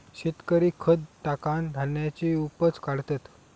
शेतकरी खत टाकान धान्याची उपज काढतत